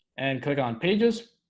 and click on pages